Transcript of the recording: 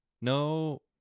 no